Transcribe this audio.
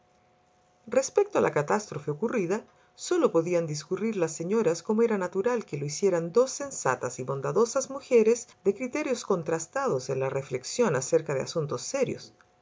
respecto a la catástrofe ocurrida sólo podían discurrir las señoras como era natural que lo hicieran dos sensatas y bondadosas mujeres de criterios contrastados en la reflexión acerca de asuntos serios